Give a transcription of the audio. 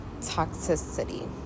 toxicity